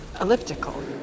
elliptical